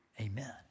amen